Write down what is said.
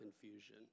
confusion